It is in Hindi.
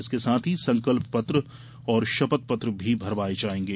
इसके साथ ही संकल्प पत्र एवं शपथ पत्र भी भरवाए जाएंगे